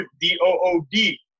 D-O-O-D